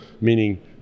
meaning